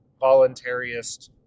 voluntarist